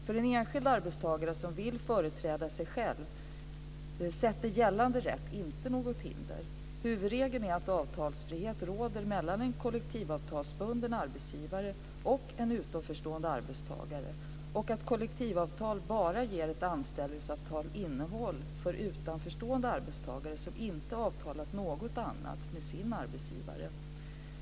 För en enskild arbetstagare som vill företräda sig själv sätter gällande rätt inte något hinder. Huvudregeln är att avtalsfrihet råder mellan en kollektivavtalsbunden arbetsgivare och en utanförstående arbetstagare och att kollektivavtal bara ger ett anställningsavtal innehåll för utanförstående arbetstagare som inte avtalat något annat med sin arbetsgivare.